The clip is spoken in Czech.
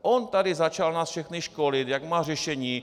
On nás tady začal všechny školit, jak má řešení.